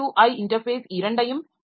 ஐ interface இரண்டையும் கொண்டிருக்கின்றன